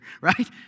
right